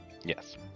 Yes